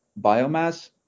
biomass